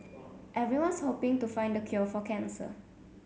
everyone's hoping to find the cure for cancer